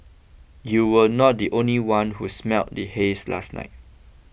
you were not the only one who smelled the haze last night